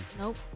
Nope